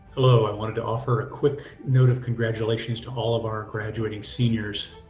hello, i wanted to offer a quick note of congratulations to all of our graduating seniors!